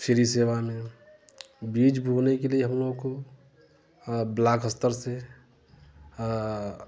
free सेवा में बीज बोने के लिए हम लोग को ब्लाक स्तर से